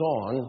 on